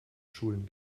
schulen